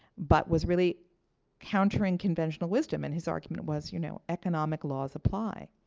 but was really countering conventional wisdom. and his argument was you know economic laws apply.